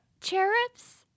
Cherub's